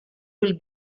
will